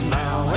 now